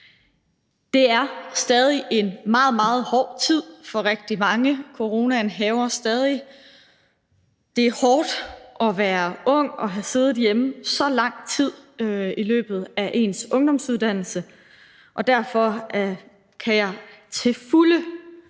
Det er stadig en meget, meget hård tid for rigtig mange. Coronaen hærger stadig. Det er hårdt at være ung og have siddet hjemme i så lang tid i løbet af ens ungdomsuddannelse, og derfor kan jeg til fulde